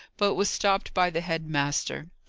but was stopped by the head-master.